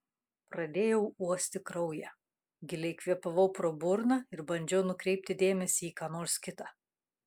pradėjau uosti kraują giliai kvėpavau pro burną ir bandžiau nukreipti dėmesį į ką nors kita